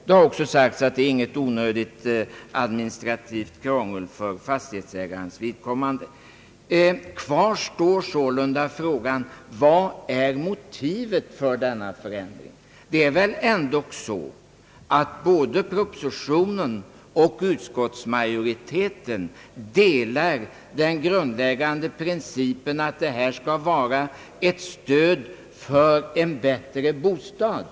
Det har också sagts att det inte innebär något onödigt administrativt krångel för fastighetsägarnas vidkommande. Kvar står sålunda frågan: Vad är motivet för denna förändring? Både regeringen och utskottsmajoriteten ansluter sig väl ändå till den grundläggande principen att detta skall vara ett stöd för en bättre bostad.